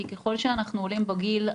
כי ככל שאנחנו עולים בגיל,